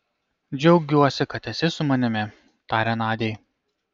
džiaugiuosi kad esi su manimi tarė nadiai